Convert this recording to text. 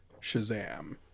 shazam